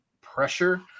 pressure